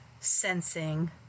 sensing